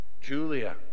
Julia